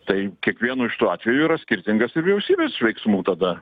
tai kiekvieno iš tų atvejų yra skirtingas ir vyriausybės veiksmų tada